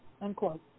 unquote